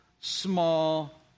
small